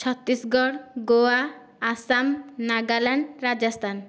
Chhattisgarh Goa Assam Nagaland Rajasthan